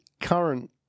current